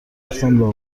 گفتم